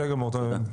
בסדר גמור.